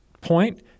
point